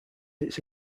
its